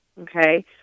okay